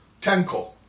Tenko